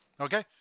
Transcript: Okay